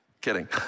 kidding